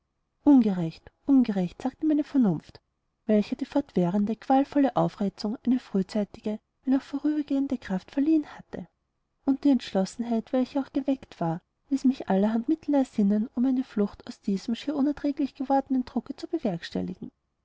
ungerecht ungerecht sagte meine vernunft welcher die fortwährende qualvolle aufreizung eine frühzeitige wenn auch vorübergehende kraft verliehen hatte und die entschlossenheit welche auch geweckt war ließ mich allerhand mittel ersinnen um eine flucht aus diesem schier unerträglich gewordenen drucke zu bewerkstelligen